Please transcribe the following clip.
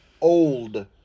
old